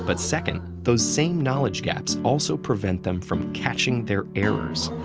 but second, those same knowledge gaps also prevent them from catching their errors.